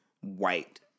white